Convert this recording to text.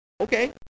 okay